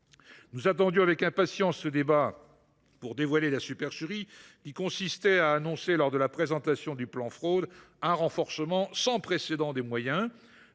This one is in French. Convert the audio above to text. Nous attendions avec impatience ce débat pour dévoiler la supercherie qui consistait à annoncer, lors de la présentation du plan Fraude, un renforcement sans précédent des moyens,